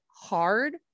hard